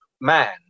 man